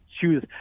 choose